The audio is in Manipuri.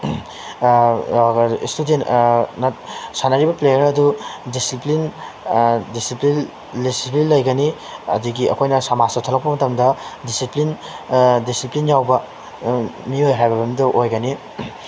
ꯏꯁꯇꯨꯗꯦꯟ ꯁꯥꯟꯅꯔꯤꯕ ꯄ꯭ꯂꯦꯌꯥꯔ ꯑꯗꯨ ꯗꯤꯁꯤꯄ꯭ꯂꯤꯟ ꯗꯤꯁꯤꯄ꯭ꯂꯤꯟ ꯗꯤꯁꯤꯄ꯭ꯂꯤꯟ ꯂꯩꯒꯅꯤ ꯑꯗꯒꯤ ꯑꯩꯈꯣꯏꯅ ꯁꯃꯥꯖꯇ ꯊꯣꯛꯂꯛꯄ ꯃꯇꯝꯗ ꯗꯤꯁꯤꯄ꯭ꯂꯤꯟ ꯗꯤꯁꯤꯄ꯭ꯂꯤꯟ ꯌꯥꯎꯕ ꯃꯤꯑꯣꯏ ꯍꯥꯏꯕ ꯑꯃꯗꯨ ꯑꯣꯏꯒꯅꯤ